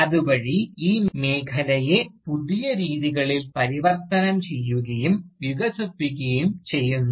അതുവഴി ഈ മേഖലയെ പുതിയ രീതികളിൽ പരിവർത്തനം ചെയ്യുകയും വികസിപ്പിക്കുകയും ചെയ്യുന്നു